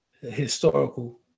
historical